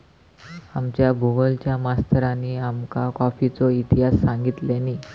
आमच्या भुगोलच्या मास्तरानी आमका कॉफीचो इतिहास सांगितल्यानी